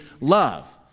love